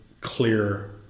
clear